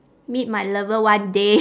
meet my lover one day